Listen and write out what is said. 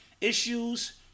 issues